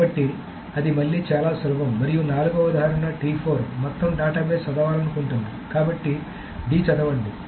కాబట్టి అది మళ్లీ చాలా సులభం మరియు నాల్గవ ఉదాహరణ మొత్తం డేటాబేస్ చదవాలను కుంటుంది కాబట్టి d చదవండి